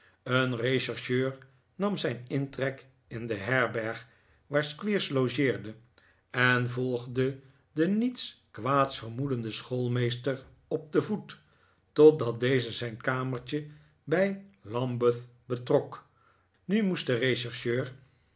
een rechercheur nam zijn intrek in de herberg waar squeers logeerde en volgde den niets kwaads vermoedenden schoolmeester op den voet totdat deze zijn kamertje bij lambeth betrbk nu moest de